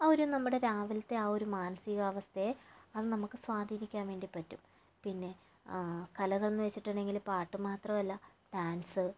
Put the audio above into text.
ആ ഒരു നമ്മുടെ രാവിലത്തെ ആ ഒരു മാനസികാവസ്ഥയെ അത് നമക്ക് സ്വാധീനിക്കാൻ വേണ്ടി പറ്റും പിന്നെ കലകൾ എന്ന് വെച്ചിട്ടുണ്ടെങ്കില് പാട്ട് മാത്രമല്ല ഡാൻസ്